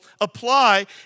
apply